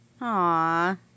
Aw